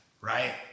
right